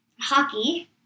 hockey